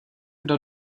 kdo